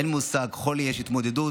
אין מושג "חולי" יש התמודדות.